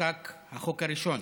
חוקק החוק הראשון,